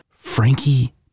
Frankie